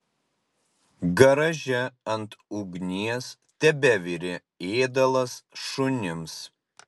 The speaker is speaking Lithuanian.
garaže ant ugnies tebevirė ėdalas šunims